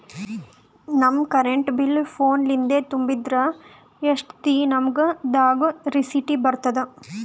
ನಮ್ current bill ಫೋನ ಲಿಂದೇ ತುಂಬಿದ್ರ, ಎಷ್ಟ ದಿ ನಮ್ ದಾಗ ರಿಸಿಟ ಬರತದ?